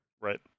Right